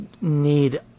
need